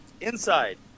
inside